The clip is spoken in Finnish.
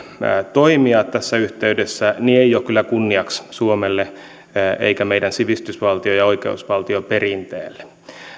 toimia tässä yhteydessä ei ole kyllä kunniaksi suomelle eikä meidän sivistysvaltio ja oikeusvaltioperinteelle